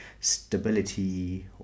stability